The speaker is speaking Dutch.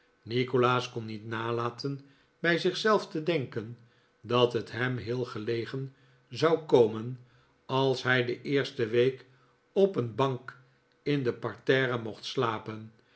nikolaas kon niet nalaten bij zich zelf te denken dat het hem heel gelegen zou komen als hij de eerste week op een bank in de parterre mocht slapen